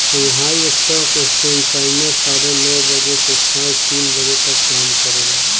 Shanghai stock exchange China साढ़े नौ बजे से सांझ तीन बजे तक काम करेला